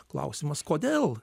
klausimas kodėl